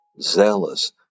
zealous